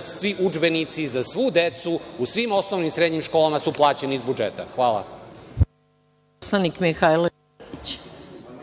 svi udžbenici za svu decu u svim osnovnim i srednjim školama su plaćeni iz budžeta. Hvala.